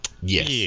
Yes